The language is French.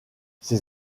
ses